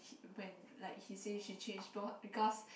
when like he said she change be because